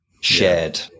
shared